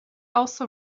also